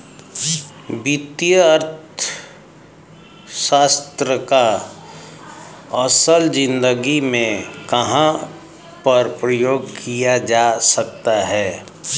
वित्तीय अर्थशास्त्र का असल ज़िंदगी में कहाँ पर प्रयोग किया जा सकता है?